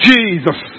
Jesus